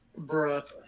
Bruh